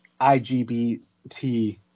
IGBT